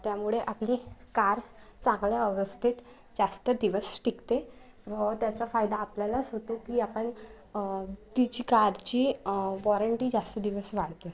त्यामुळे आपली कार चांगल्या अवस्थेत जास्त दिवस टिकते व त्याचा फायदा आपल्यालाच होतो की आपणन तिची कारची वॉरंटी जास्त दिवस वाढते